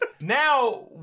now